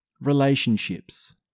relationships